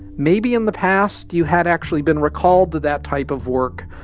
maybe in the past, you had actually been recalled to that type of work.